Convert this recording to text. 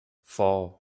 four